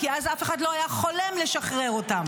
כי אז אף אחד לא היה חולם לשחרר אותם.